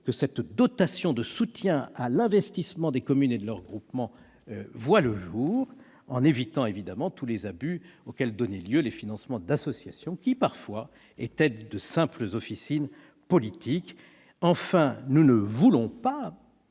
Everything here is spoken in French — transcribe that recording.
que cette dotation de soutien à l'investissement des communes et de leurs groupements voie le jour, en évitant tous les abus auxquels donnaient lieu les financements d'associations qui, parfois, étaient de simples officines politiques. Enfin, nous ne voulons pas